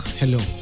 hello